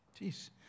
Jeez